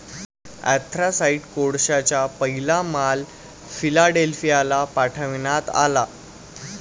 anthracite कोळशाचा पहिला माल फिलाडेल्फियाला पाठविण्यात आला